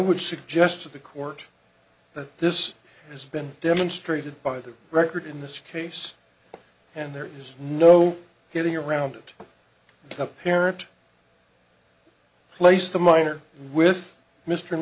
would suggest to the court that this has been demonstrated by the record in this case and there is no getting around it the parent placed the minor with mr